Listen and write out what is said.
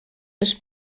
les